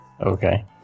Okay